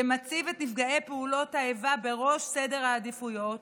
שמציב את נפגעי פעולות האיבה בראש סדר העדיפויות